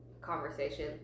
conversation